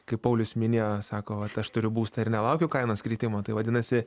kaip paulius minėjo sako vat aš turiu būstą ir nelaukiu kainos kritimo tai vadinasi